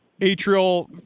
atrial